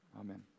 amen